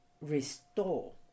restore